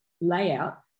layout